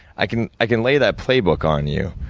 i can i can lay that playbook on you,